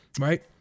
Right